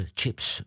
Chips